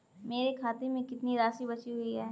मेरे खाते में कितनी राशि बची हुई है?